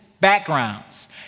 backgrounds